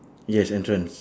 yes entrance